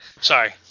Sorry